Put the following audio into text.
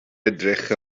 edrych